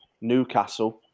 Newcastle